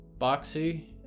Boxy